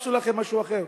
תחפשו לכם משהו אחר.